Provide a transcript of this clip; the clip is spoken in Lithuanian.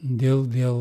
dėl vėl